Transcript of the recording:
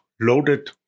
loaded